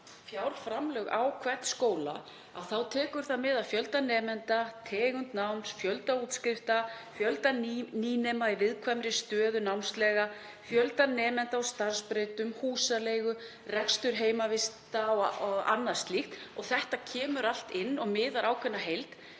fjárframlög á hvern skóla þá tekur það mið af fjölda nemenda, tegund náms, fjölda útskrifta, fjölda nýnema í viðkvæmri stöðu námslega, fjölda nemenda á starfsbrautum, húsaleigu, rekstri heimavista og öðru slíku, þetta kemur allt inn og myndar ákveðna heild.